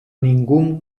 ningún